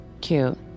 Cute